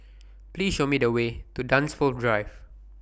Please Show Me The Way to Dunsfold Drive